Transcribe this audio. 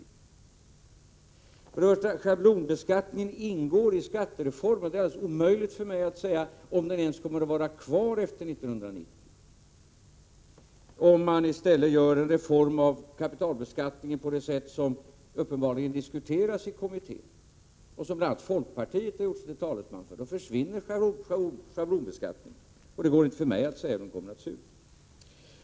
För det första: Schablonbeskattningen ingår i skattereformen, och det är alldeles omöjligt för mig att ens säga om den kommer att vara kvar efter 1990. Om manistället genomför en reform av kapitalbeskattningen på det sätt som uppenbarligen diskuteras i kommittén och som bl.a. folkpartiet har gjort sig till talesman för, så försvinner schablonbeskattningen. Det går inte för mig att säga hur det kommer att se ut.